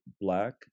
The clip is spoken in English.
black